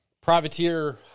Privateer